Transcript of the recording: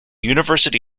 university